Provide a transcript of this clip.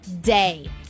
day